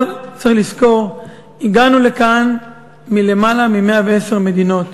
אבל צריך לזכור, הגענו לכאן מלמעלה מ-110 מדינות.